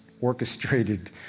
orchestrated